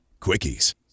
Quickies